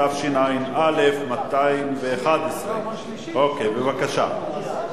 התשע"א 2011. בבקשה.